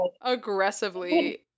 aggressively